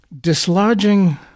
dislodging